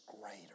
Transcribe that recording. greater